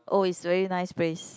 oh is very nice place